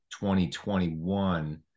2021